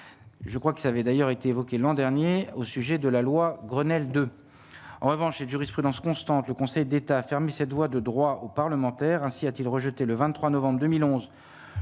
je crois qu'il avait d'ailleurs été évoquée l'an dernier au sujet de la loi Grenelle 2 en revanche et de jurisprudence constante, le Conseil d'État a fermé cette voie de droit aux parlementaires, ainsi a-t-il rejeté le 23 novembre 2011